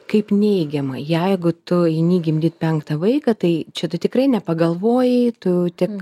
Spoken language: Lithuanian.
kaip neigiamą jeigu tu eini gimdyt penktą vaiką tai čia tu tikrai nepagalvojai tu tik